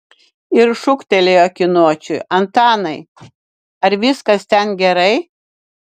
ir šūktelėjo akiniuočiui antanai ar viskas ten gerai